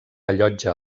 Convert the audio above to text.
allotja